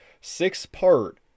six-part